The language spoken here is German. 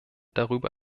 darüber